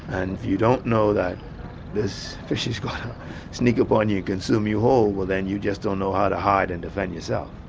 and if you don't know that this fish is going to sneak up on you and consume you whole, then you just don't know how to hide and defend yourself.